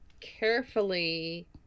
carefully